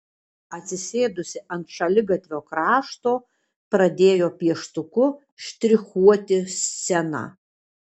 atsisėdusi ant šaligatvio krašto pradėjo pieštuku štrichuoti sceną